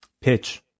pitch